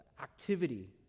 activity